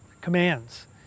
commands